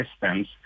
systems